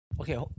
Okay